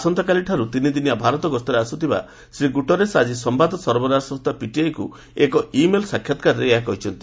ଆସନ୍ତାକାଲିଠାରୁ ତିନିଦିନିଆ ଭାରତ ଗସ୍ତରେ ଆସୁଥିବା ଶ୍ରୀ ଗୁଟେରସ୍ ଆଜି ସମ୍ଭାଦ ସରବରାହ ସଂସ୍ଥା ପିଟିଆଇକୁ ଏକ ଇ ମେଲ୍ ସାକ୍ଷାତ୍କାରରେ ଏହା କହିଛନ୍ତି